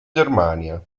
germania